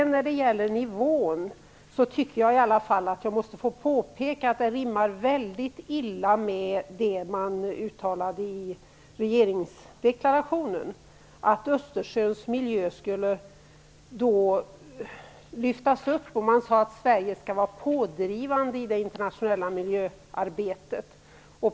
När det gäller nivån måste jag få påpeka att det rimmar väldigt illa med vad Ingvar Carlsson sade i regeringsdeklarationen: Östersjöns miljö skulle lyftas upp. Man sade att Sverige skall vara pådrivande i det internationella miljöarbetet.